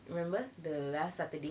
remember the last saturday